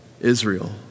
Israel